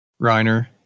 Reiner